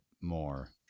more